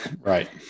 Right